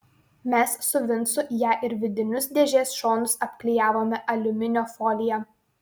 mes su vincu ją ir vidinius dėžės šonus apklijavome aliuminio folija